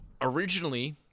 originally